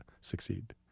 succeed